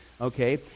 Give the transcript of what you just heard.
okay